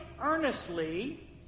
earnestly